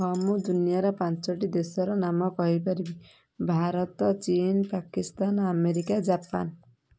ହଁ ମୁଁ ଦୁନିଆର ପାଞ୍ଚଟି ଦେଶର ନାମ କହିପାରିବି ଭାରତ ଚୀନ ପାକିସ୍ତାନ ଆମେରିକା ଜାପାନ